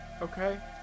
okay